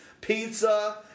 pizza